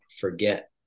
forget